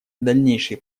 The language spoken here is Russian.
дальнейшие